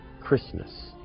Christmas